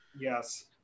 yes